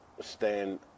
stand